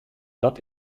dat